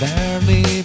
Barely